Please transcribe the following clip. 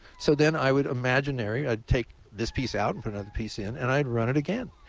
so then i would imaginary i'd take this peace out and put another piece in, and i'd run it again.